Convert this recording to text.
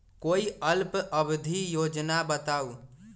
कोई अल्प अवधि योजना बताऊ?